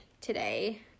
today